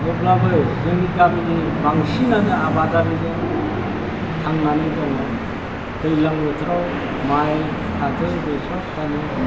अब्लाबो जोंनि गामिनि बांसिनानो आबादारिजों थांनानै दङ दैज्लां बोथोराव माइ फाथो बेसर फानो